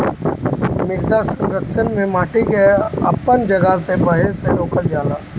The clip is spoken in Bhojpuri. मृदा संरक्षण में माटी के अपन जगह से बहे से रोकल जाला